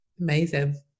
Amazing